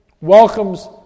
welcomes